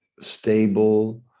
stable